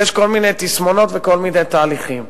כי יש כל מיני תסמונות וכל מיני תהליכים.